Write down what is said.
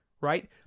right